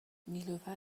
نیلوفر